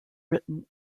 written